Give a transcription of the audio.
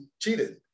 cheated